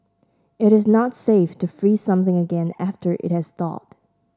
it is not safe to freeze something again after it has thawed